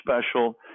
special